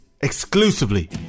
exclusively